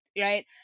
right